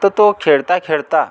तर तो खेळता खेळता